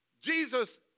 Jesus